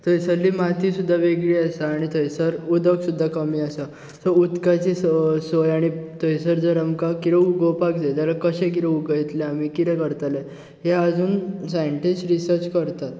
थंय सल्ली माती सुद्दां वेगळी आसा आणी थंय सर उदक सुद्दां कमी आसा सो उदकाची सं सोय आनी थंय सर जर आमकां कितें उगोवपाक जाय जाल्या कशें किरें उगयतलें आमी किदरें करतलें ह्ये आजून सायंटिस्ट रिसर्च करतात